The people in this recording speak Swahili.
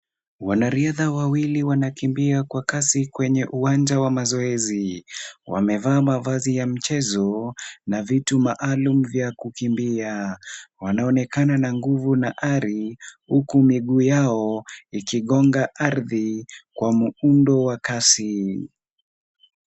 Wanariadha wawili wanakimbia kwa kasi kwenye uwanja wa mazoezi. Wamevaa mavazi ya michezo na vitu maalum vya kukimbia. Wanaonekana na nguvu na ari huku miguu yao ikigonga ardhi kwa muundo wa kasi.